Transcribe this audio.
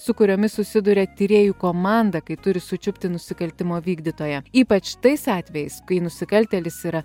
su kuriomis susiduria tyrėjų komanda kai turi sučiupti nusikaltimo vykdytoją ypač tais atvejais kai nusikaltėlis yra